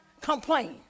complain